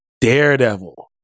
daredevil